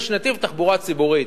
יש נתיב תחבורה ציבורית,